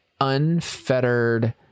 unfettered